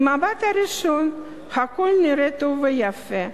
במבט ראשון הכול נראה טוב ויפה,